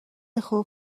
خوب